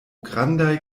grandaj